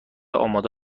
آماده